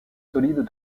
solides